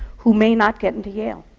who may not get into yale.